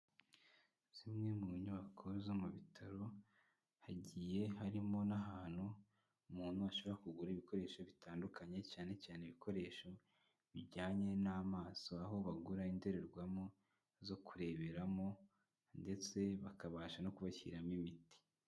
Zimwe mu nyubako zo mu bitaro, hagiye harimo n'ahantu umuntu ashobora kugura ibikoresho bitandukanye, cyane cyane ibikoresho bijyanye n'amaso, aho bagura indorerwamo zo kureberamo ndetse bakabasha no kubashyiriramo imiti.